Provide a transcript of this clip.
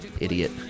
idiot